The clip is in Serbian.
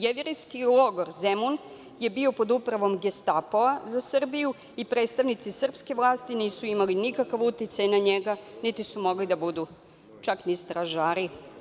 Jevrejski logor „Zemun“ je bio pod upravom Gestapoa za Srbiju i predstavnici srpske vlasti nisu imali nikakav uticaj na njega, niti su mogli da budu čak ni stražari.